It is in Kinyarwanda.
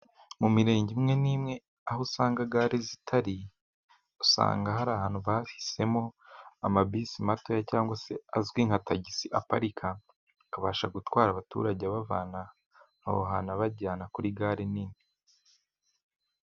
Mu mirenge imwe n'imwe aho usanga gare zitari, usanga hari ahantu bahisemo amabisi matoya, cyangwa se azwi nka tagisi. Aparika akabasha gutwara abaturage abavana aho hantu abajyana kuri gare nini.